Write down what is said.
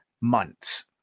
months